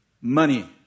money